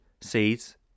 seeds